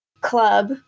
club